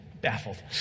baffled